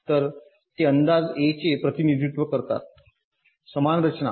तर ते अंदाजे ए चे प्रतिनिधित्व करतात समान रचना